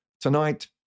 tonight